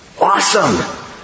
Awesome